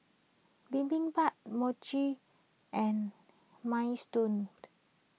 Bibimbap Mochi and Minestrone